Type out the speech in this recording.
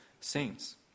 saints